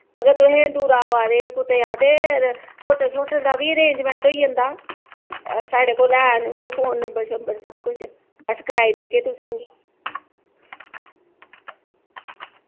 अगर तुस दूरा दा अवे दे हो ते होटल शोटल दा बी अरेंजमैंट होई जंदा साढ़े कोल हैन नंबर शंबर सब किश अस कराई देगे तुसेंगी